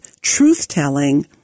truth-telling